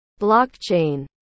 Blockchain